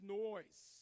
noise